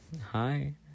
Hi